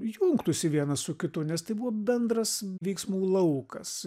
jungtųsi vienas su kitu nes tai buvo bendras veiksmų laukas